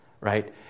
right